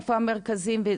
איפה המרכזים וכולי.